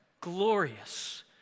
glorious